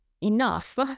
enough